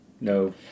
No